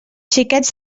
xiquets